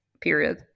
period